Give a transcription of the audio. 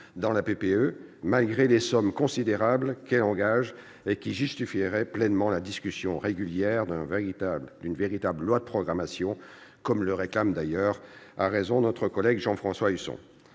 dans la PPE, malgré les sommes considérables qu'elle engage, qui justifieraient pleinement la discussion régulière d'une véritable loi de programmation, comme le réclame à raison notre collègue Jean-François Husson.